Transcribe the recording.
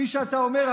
כפי שאתה אומר,